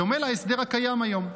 בדומה להסדר הקיים היום.